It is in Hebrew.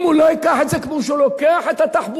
אם הוא לא ייקח את זה כמו שהוא לוקח את התחבורה,